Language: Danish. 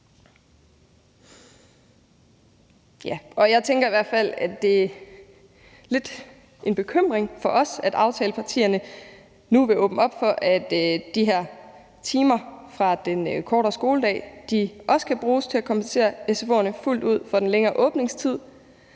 Jeg tænker i hvert fald, at det er lidt en bekymring for os, at aftalepartierne nu vil åbne op for, at de her timer fra den kortere skoledag også kan bruges til at kompensere sfo'erne fuldt ud for den længere åbningstid,